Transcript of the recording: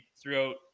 throughout